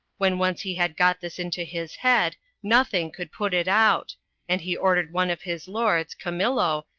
when once he had got this into his head, nothing could put it out and he ordered one of his lords, camillo,